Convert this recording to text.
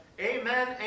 Amen